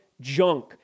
junk